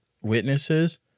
witnesses